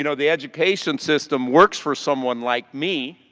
you know the education system works for someone like me